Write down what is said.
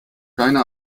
keine